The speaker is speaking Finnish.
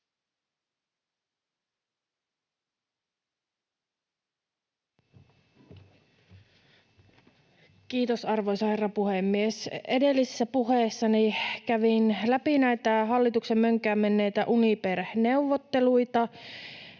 Kiitos, arvoisa herra puhemies! Edellisessä puheessani kävin läpi näitä hallituksen mönkään menneitä Uniper-neuvotteluita.